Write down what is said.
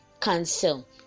cancel